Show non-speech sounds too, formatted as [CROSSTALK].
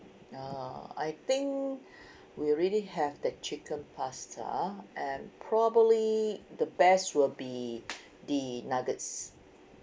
oh I think [BREATH] we already have the chicken pasta and probably the best will be the nuggets